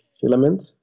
filament